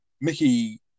Mickey